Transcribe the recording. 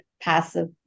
passive